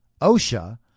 OSHA